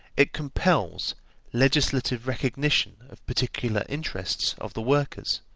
it compels legislative recognition of particular interests of the workers,